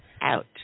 out